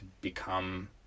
become